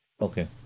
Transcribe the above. Okay